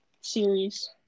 series